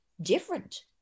different